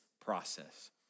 process